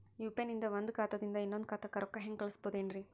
UPI ನಿಂದ ಒಂದ್ ಖಾತಾದಿಂದ ಇನ್ನೊಂದು ಖಾತಾಕ್ಕ ರೊಕ್ಕ ಹೆಂಗ್ ಕಳಸ್ಬೋದೇನ್ರಿ?